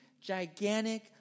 gigantic